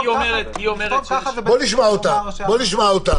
בואו נשמע אותה.